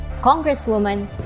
Congresswoman